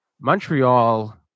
Montreal